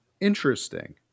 interesting